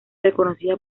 reconocida